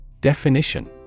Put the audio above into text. Definition